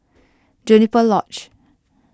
Juniper Lodge